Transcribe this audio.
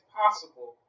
possible